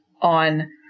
on